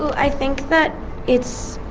i think that it's,